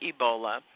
Ebola